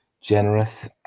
generous